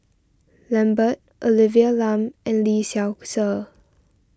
Lambert Olivia Lum and Lee Seow Ser